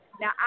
Now